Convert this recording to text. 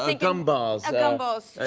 ah gumballs. gumballs.